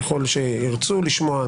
ככל שירצו לשמוע,